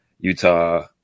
Utah